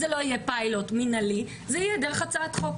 זה לא יהיה פיילוט מינהלי, זה יהיה דרך הצעת חוק.